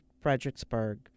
Fredericksburg